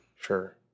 sure